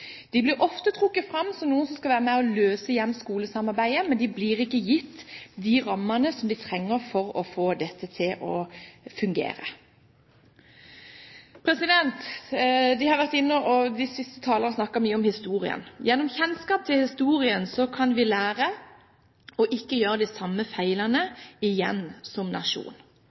De blir ofte trukket fram som noen som skal være med og løse hjem–skole-samarbeidet, men de blir ikke gitt de rammene de trenger for å få dette til å fungere. De siste talerne har snakket mye om historien. Gjennom kjennskap til historien kan vi som nasjon lære ikke å gjøre de samme feilene igjen.